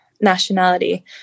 nationality